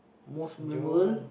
most memorable